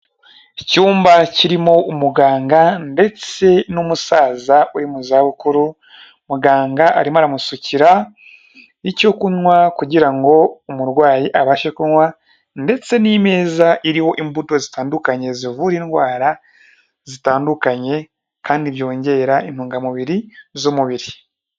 Icyumba kirimo umuganga ndetse n'umusaza uri mu za bukuru, muganga arimo aramusukira icyo kunywa kugira ngo umurwayi abashe kunywa ndetse n'imeza iriho imbuto zitandukanye zivura indwara zitandukanye kandi byongera intungamubiri z'umubiri.